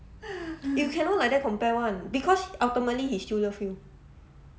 you cannot like that compare [one] because ultimately he still love you